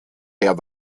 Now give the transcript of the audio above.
der